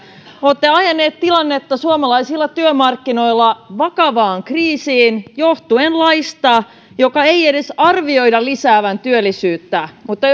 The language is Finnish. olette ajanut tilannetta suomalaisilla työmarkkinoilla vakavaan kriisiin johtuen laista jonka ei edes arvioida lisäävän työllisyyttä mutta